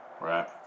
Right